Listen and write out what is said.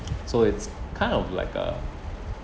so it's kind of like a